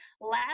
last